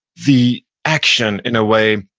the action, in a way,